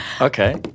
Okay